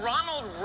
Ronald